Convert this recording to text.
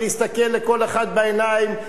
להסתכל לכל אחד בעיניים,